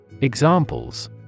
Examples